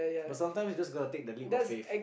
but sometimes is just going to take the leap of faith